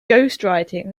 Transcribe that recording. ghostwriting